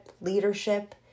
leadership